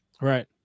right